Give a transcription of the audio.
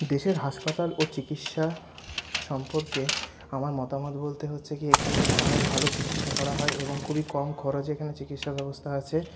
দেশের হাসপাতাল ও চিকিৎসা সম্পর্কে আমার মতামত বলতে হচ্ছে গিয়ে এখানে অনেক ভালো চিকিৎসা করা হয় এবং খুবই কম খরচে এখানে চিকিৎসা ব্যবস্থা আছে